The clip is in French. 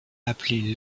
appelé